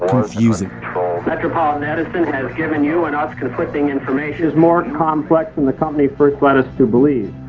confusing metropolitan edison has given you and us conflicting information it's more complex than the company first led us to believe